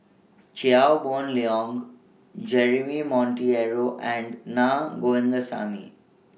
Chia Boon Leong Jeremy Monteiro and Naa Govindasamy